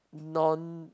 none